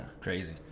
crazy